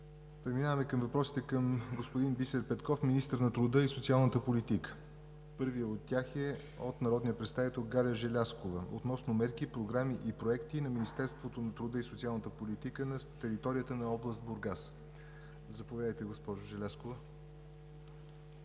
Преминаваме към въпросите към господин Бисер Петков – министър на труда и социалната политика. Първият от тях е от народния представител Галя Желязкова относно мерки, програми и проекти на Министерството на труда и социалната политика на територията на област Бургас. Заповядайте, госпожо Желязкова.